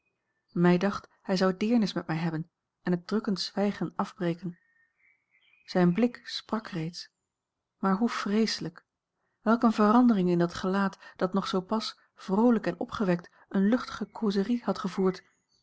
mij dacht hij zou deernis met mij hebben en het drukkend zwijgen afbreken zijn blik sprak reeds maar hoe vreeslijk welk eene verandering in dat gelaat dat nog zoo pas vroolijk en opgewekt eene luchtige causerie had gevoerd